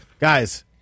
Guys